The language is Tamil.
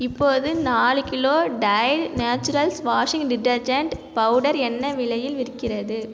இப்போது நாலு kilo Tide Naturals washing detergent powder என்ன விலையில் விற்கிறது